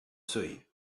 seuil